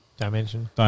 Dimension